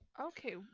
Okay